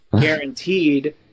guaranteed